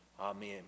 Amen